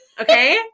Okay